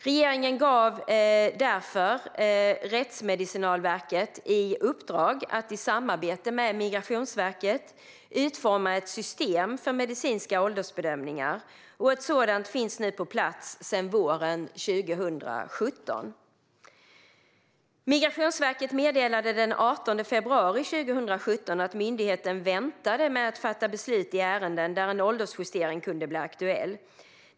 Regeringen gav därför Rättsmedicinalverket i uppdrag att i samarbete med Migrationsverket utforma ett system för medicinska åldersbedömningar, och ett sådant finns nu på plats sedan våren 2017. Migrationsverket meddelade den 18 februari 2017 att myndigheten väntade med att fatta beslut i ärenden där en åldersjustering kunde bli aktuell.